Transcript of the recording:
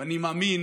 ואני מאמין